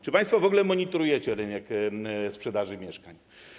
Czy państwo w ogóle monitorujecie rynek sprzedaży mieszkań?